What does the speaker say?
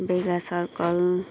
Vega circle